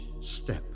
step